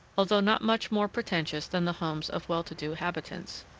although not much more pretentious than the homes of well-to-do habitants.